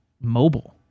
mobile